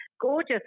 gorgeous